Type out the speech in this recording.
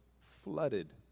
flooded